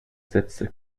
sätze